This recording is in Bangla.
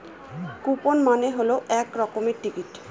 কুপন মানে হল এক রকমের টিকিট